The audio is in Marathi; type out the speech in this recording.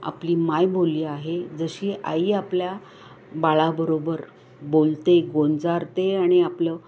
आपली मायबोली आहे जशी आई आपल्या बाळाबरोबर बोलते गोंजारते आणि आपलं